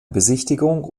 besichtigung